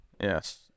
Yes